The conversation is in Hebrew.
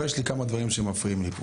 אבל יש לי כמה דברים שמפריעים לי.